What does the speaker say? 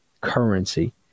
currency